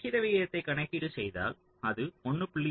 விகித விகிதத்தை கணக்கீடு செய்தால் அது 1